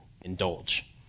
indulge